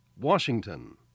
Washington